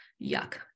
yuck